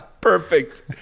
Perfect